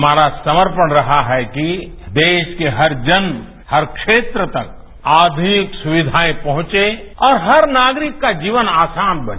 हमारा समर्पण रहा है कि देश के हर जन हर क्षेत्र तक आधुनिक सुविधाएं पहुंचे और हर नागरिक का जीवन आसान बने